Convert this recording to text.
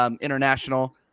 International